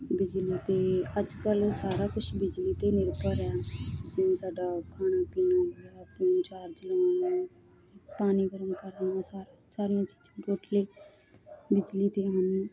ਬਿਜਲੀ 'ਤੇ ਅੱਜ ਕੱਲ੍ਹ ਸਾਰਾ ਕੁਝ ਬਿਜਲੀ 'ਤੇ ਨਿਰਭਰ ਆ ਜਿਵੇਂ ਸਾਡਾ ਖਾਣਾ ਪੀਣਾ ਹੋ ਗਿਆ ਫੋਨ ਚਾਰਜ ਲਾਉਣ ਪਾਣੀ ਗਰਮ ਕਰਨਾ ਸਾਰੀ ਸਾਰੀਆਂ ਚੀਜ਼ਾਂ ਟੋਟਲੀ ਬਿਜਲੀ 'ਤੇ ਹੀ ਹਨ